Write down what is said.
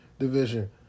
division